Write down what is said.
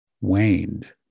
waned